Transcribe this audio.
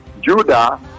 Judah